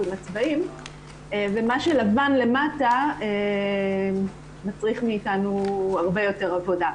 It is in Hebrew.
מה שלבן למטה, מצריך מאתנו הרבה יותר עבודה.